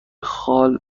خال